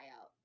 out